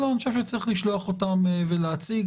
אני חושב שצריך לשלוח אותם ולהציג.